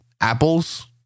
apples